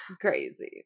Crazy